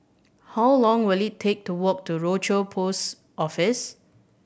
how long will it take to walk to Rochor Post Office